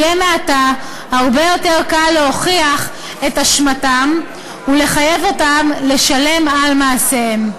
יהיה מעתה הרבה יותר קל להוכיח את אשמתם ולחייב אותם לשלם על מעשיהם.